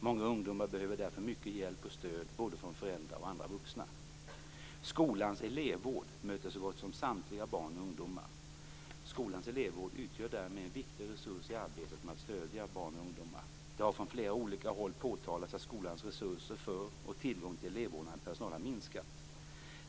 Många ungdomar behöver därför mycket hjälp och stöd från både föräldrar och andra vuxna. Skolans elevvård möter så gott som samtliga barn och ungdomar. Skolans elevvård utgör därmed en viktig resurs i arbetet med att stödja barn och ungdomar. Det har från flera olika håll påtalats att skolans resurser för och tillgång till elevvårdande personal har minskat.